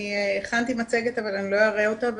אני הכנתי מצגת אבל אני לא אראה אותה.